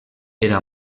era